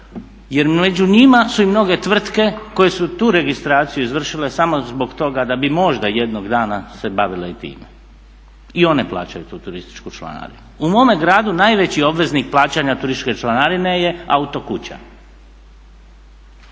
Jer među njima su i mnoge tvrtke koje su tu registraciju izvršile samo zbog toga da bi možda jednog dana se bavile i time. I one plaćaju tu turističku članarinu. U mome gradu najveći obveznik plaćanja turističke članarine je autokuća.